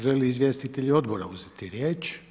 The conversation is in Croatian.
Žele li izvjestitelji Odbora uzeti riječ?